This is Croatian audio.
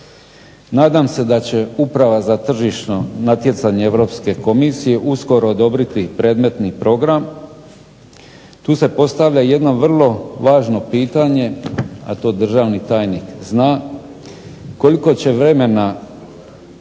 Nadam se da će Uprava za tržišno natjecanje Europske komisije uskoro odobriti predmetni program. Tu se postavlja jedno vrlo važno pitanje, a to državni tajnik zna, koliko će vremena